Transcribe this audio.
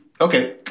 Okay